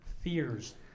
fears